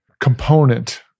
component